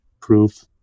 proof